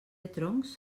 troncs